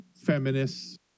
feminists